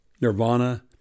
Nirvana